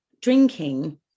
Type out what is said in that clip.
drinking